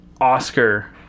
Oscar